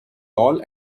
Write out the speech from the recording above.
all